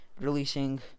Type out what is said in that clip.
Releasing